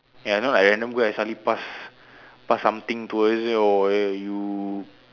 ya you know like random girl I suddenly pass pass something to her and say oh eh you